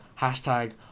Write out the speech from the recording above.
Hashtag